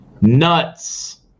Nuts